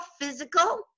physical